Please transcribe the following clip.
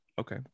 Okay